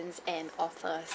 and offers